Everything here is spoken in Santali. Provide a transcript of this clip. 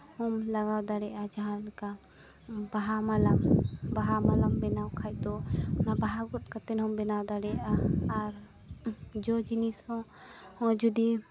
ᱞᱟᱜᱟᱣ ᱫᱟᱲᱮᱭᱟᱜᱼᱟ ᱡᱟᱦᱟᱞᱮᱠᱟ ᱵᱟᱦᱟ ᱢᱟᱞᱟ ᱵᱟᱦᱟ ᱢᱟᱞᱟᱢ ᱵᱮᱱᱟᱣ ᱠᱷᱟᱡ ᱫᱚ ᱚᱱᱟ ᱵᱟᱦᱟ ᱜᱚᱫ ᱠᱟᱛᱮ ᱦᱚᱢ ᱵᱮᱱᱟᱣ ᱫᱟᱲᱮᱭᱟᱜᱟ ᱟᱨ ᱡᱚ ᱡᱤᱱᱤᱥ ᱦᱚᱸ ᱦᱚᱸ ᱡᱩᱫᱤᱢ